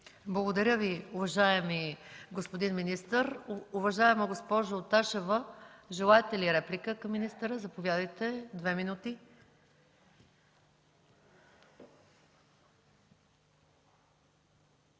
Благодаря Ви, уважаеми господин министър. Уважаема госпожо Ташева, желаете ли реплика към министъра? Заповядайте.